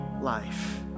life